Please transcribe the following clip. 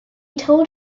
told